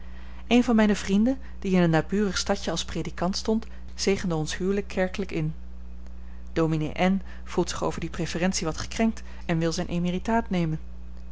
een van mijne vrienden die in een naburig stadje als predikant stond zegende ons huwelijk kerkelijk in ds n voelt zich over die preferentie wat gekrenkt en wil zijn emeritaat nemen